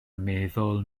meddwl